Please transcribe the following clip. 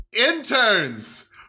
Interns